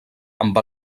amb